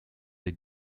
they